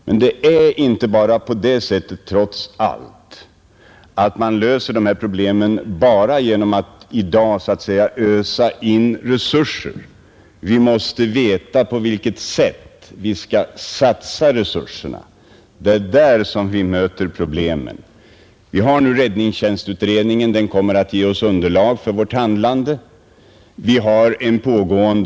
Men det är inte så att vi löser dessa problem bara genom att så att säga ösa in resurser. Vi måste också veta på vilket sätt vi skall satsa resurserna, Och det är där vi möter problemen. Räddningstjänstutredningen kommer att ge oss under lag för vårt handlande när det gäller beredskapsorganisationens uppbygg Nr 39 nad.